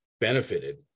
benefited